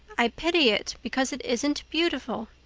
i pity it because it isn't beautiful.